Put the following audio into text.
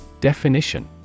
Definition